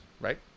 right